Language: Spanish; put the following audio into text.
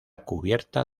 cubierta